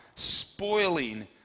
spoiling